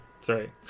sorry